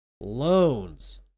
loans